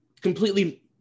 completely